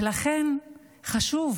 ולכן, חשוב